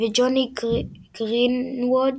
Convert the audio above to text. וג'וני גרינווד